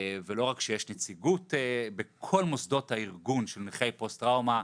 ולא רק שיש נציגות בכל מוסדות הארגון של נכי פוסט טראומה,